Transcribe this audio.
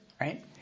right